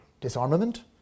disarmament